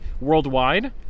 worldwide